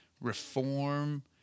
reform